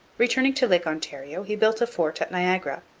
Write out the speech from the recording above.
returning to lake ontario he built a fort at niagara,